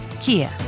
Kia